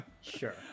Sure